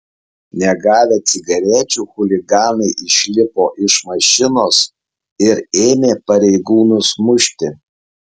negavę cigarečių chuliganai išlipo iš mašinos ir ėmė pareigūnus mušti